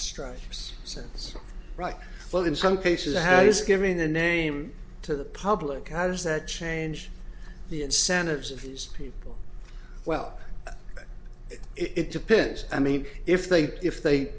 stripes sense right well in some cases i have just given the name to the public how does that change the incentives of these people well it depends i mean if they if they